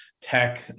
tech